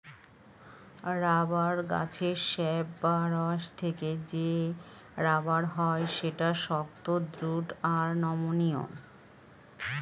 rubber গাছের sap বা রস থেকে যে রাবার হয় সেটা শক্ত, দৃঢ় আর নমনীয়